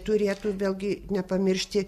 turėtų vėlgi nepamiršti